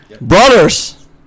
Brothers